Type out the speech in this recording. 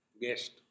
guest